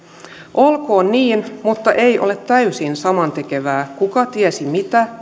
olkoon niin mutta ei ole täysin samantekevää kuka tiesi mitä